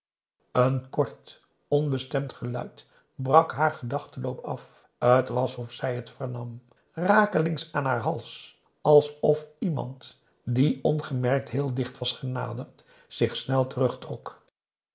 een kort onbestemd geluid brak haar gedachtenloop af t was of zij het vernam rakelings aan haar hals alsof iemand die ongemerkt heel dicht was genaderd zich snel